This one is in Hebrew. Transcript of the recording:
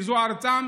כי זו ארצם,